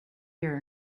here